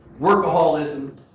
workaholism